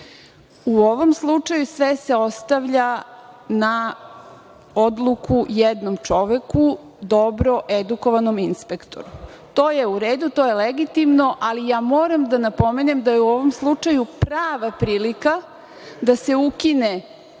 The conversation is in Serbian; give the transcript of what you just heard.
U ovom slučaju sve se ostavlja na odluku jednom čoveku, dobro edukovanom inspektoru. To je u redu, to je legitimno, ali moram da napomenem da je u ovom slučaju prava prilika da se ukine